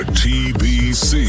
tbc